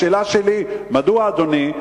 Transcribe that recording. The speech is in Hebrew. השאלה שלי: מדוע אדוני,